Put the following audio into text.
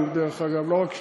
דרך אגב כולנו ולא רק שנינו,